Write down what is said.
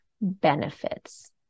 benefits